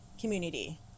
community